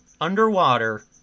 underwater